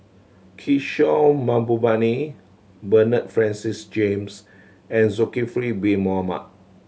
Kishore Mahbubani Bernard Francis James and Zulkifli Bin Mohamed